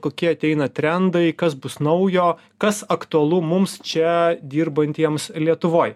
kokie ateina trendai kas naujo kas aktualu mums čia dirbantiems lietuvoj